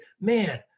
man